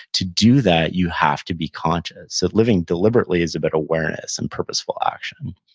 to do that, you have to be conscious. so, living deliberately is about awareness and purposeful action